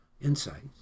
insights